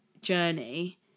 journey